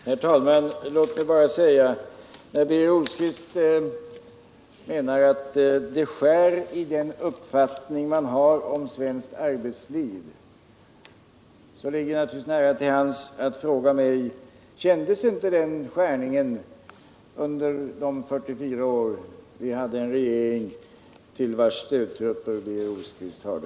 Herr talman! När Birger Rosqvist menar att det skär i den uppfattning man har om svenskt arbetsliv ligger det naturligtvis nära till hands att fråga: Kändes inte den skärningen under de 44 år vi hade en regering, till vars stödtrupper Birger Rosqvist hörde?